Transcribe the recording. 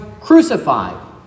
crucified